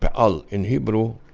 pe'al. in hebrew,